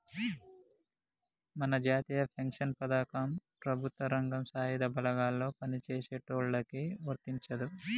మన జాతీయ పెన్షన్ పథకం ప్రభుత్వ రంగం సాయుధ బలగాల్లో పని చేసేటోళ్ళకి వర్తించదు